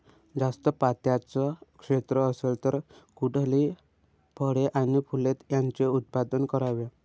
जास्त पात्याचं क्षेत्र असेल तर कुठली फळे आणि फूले यांचे उत्पादन करावे?